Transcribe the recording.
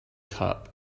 cup